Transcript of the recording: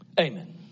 Amen